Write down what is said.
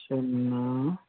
শূন্য